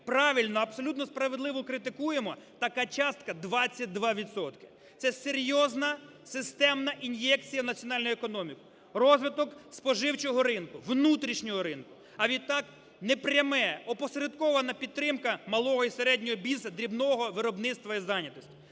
правильно, абсолютно справедливо критикуємо, така частка 22 відсотки. Це серйозна системна ін'єкція національної економіки, розвиток споживчого ринку, внутрішнього ринку, а відтак непряма опосередкована підтримка малого і середнього бізнесу дрібного виробництва і зайнятості.